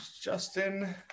Justin